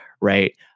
right